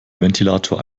ventilator